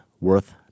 worth